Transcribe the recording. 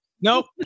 Nope